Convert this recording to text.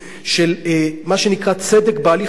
של מה שנקרא צדק בהליך הפלילי,